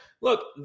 Look